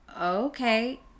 okay